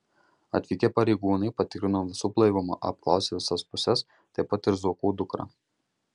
atvykę pareigūnai patikrino visų blaivumą apklausė visas puses taip pat ir zuokų dukrą